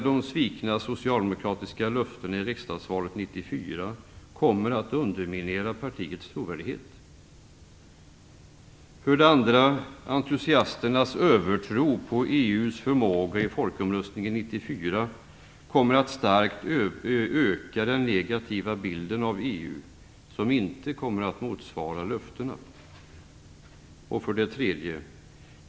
De svikna socialdemokratiska löftena i riksdagsvalet 1994 kommer att underminera partiets trovärdighet. 3. Entusiasternas övertro på EU:s förmåga i folkomröstningen 1994 kommer att starkt öka den negativa bilden av ett EU som inte kommer att motsvara löftena. 3.